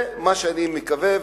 זה מה שאני מקווה.